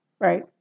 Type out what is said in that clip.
right